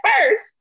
first